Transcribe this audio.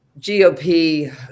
GOP